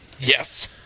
Yes